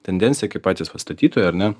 tendenciją kaip patys va statytojai ar ne